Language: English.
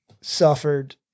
suffered